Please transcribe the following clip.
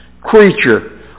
creature